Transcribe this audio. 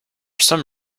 some